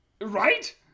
Right